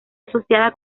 asociada